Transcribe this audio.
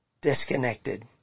disconnected